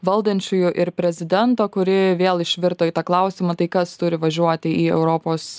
valdančiųjų ir prezidento kuri vėl išvirto į tą klausimą tai kas turi važiuoti į europos